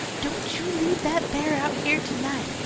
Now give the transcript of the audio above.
don't you leave that bear out here to-night,